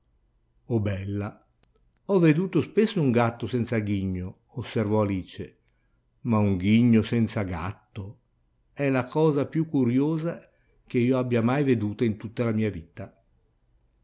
oh bella ho veduto spesso un gatto senza ghigno osservò alice ma un ghigno senza gatto è la cosa più curiosa ch'io abbia mai veduta in tutta la mia vita